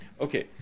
okay